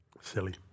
Silly